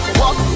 walk